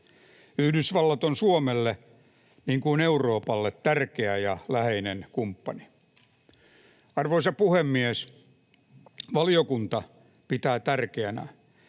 Yhdysvallat on Suomelle, niin kuin Euroopalle, tärkeä ja läheinen kumppani. Arvoisa puhemies! Valiokunta pitää tärkeänä,